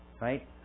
Right